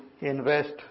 invest